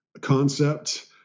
concept